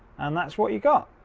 and that's what you got.